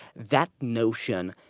that notion,